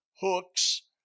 hooks